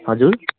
हजुर